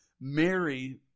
Mary